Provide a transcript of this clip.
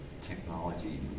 technology